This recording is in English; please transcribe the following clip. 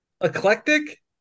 eclectic